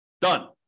Done